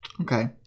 Okay